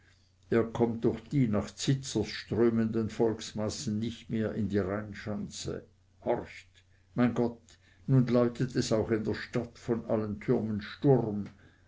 ihr kommt durch die nach zizers strömenden volksmassen nicht mehr in die rheinschanze horcht mein gott nun läutet es auch in der stadt von allen türmen sturm